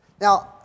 Now